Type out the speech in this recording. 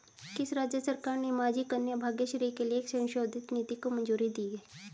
किस राज्य सरकार ने माझी कन्या भाग्यश्री के लिए एक संशोधित नीति को मंजूरी दी है?